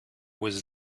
was